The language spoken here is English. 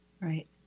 Right